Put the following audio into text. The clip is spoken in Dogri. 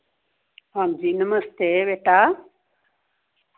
हां जी नमस्ते बेटा